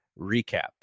recap